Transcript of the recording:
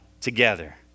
together